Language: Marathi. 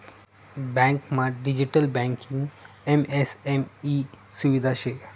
बँकमा डिजिटल बँकिंग एम.एस.एम ई सुविधा शे